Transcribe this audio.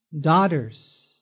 daughters